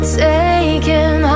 taken